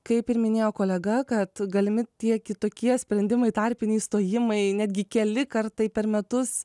kaip ir minėjo kolega kad galimi tie kitokie sprendimai tarpiniai stojimai netgi keli kartai per metus